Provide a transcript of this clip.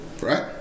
right